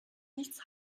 nichts